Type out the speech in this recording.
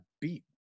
beat